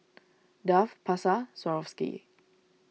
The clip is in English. Dove Pasar Swarovski